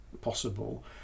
possible